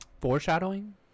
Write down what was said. Foreshadowing